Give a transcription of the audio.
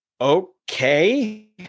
Okay